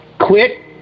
Quit